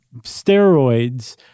steroids